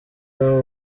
aho